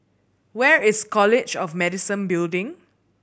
where is College of Medicine Building